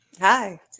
hi